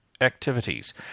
activities